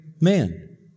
man